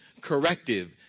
corrective